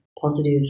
positive